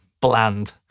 bland